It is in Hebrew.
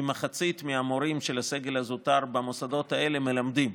כמחצית מהמורים של הסגל הזוטר במוסדות האלה מלמדים,